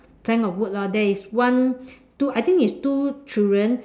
plank of wood lah there is one two I think it's two children